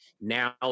now